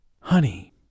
Honey